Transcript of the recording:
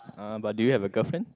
uh but do you have a girlfriend